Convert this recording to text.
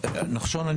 נחשון,